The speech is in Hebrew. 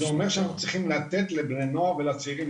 זה אומר שאנחנו צריכים לתת לבני נוער ולצעירים,